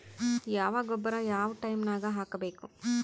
ಯಾವ ಗೊಬ್ಬರ ಯಾವ ಟೈಮ್ ನಾಗ ಹಾಕಬೇಕು?